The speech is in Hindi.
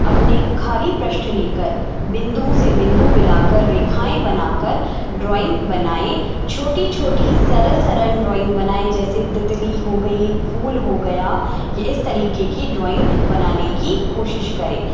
अपने ख़ाली पृष्ट ले कर बिंदु से बिंदु मिला कर रेखाएँ बना कर ड्राइंग बनाए छोटी छोटी सरल सरल ड्राइंग बनाए जैसे तितली हो गई फूल हो गया ये इस तरीक़े की ड्राइंग बनाने की कोशिश करें